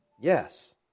Yes